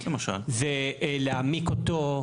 להעמיק אותו.